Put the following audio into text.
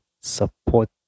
support